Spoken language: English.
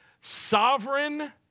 sovereign